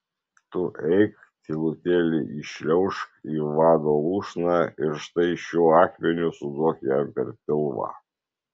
tu eik tylutėliai įšliaužk į vado lūšną ir štai šiuo akmeniu suduok jam per pilvą